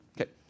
Okay